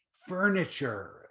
furniture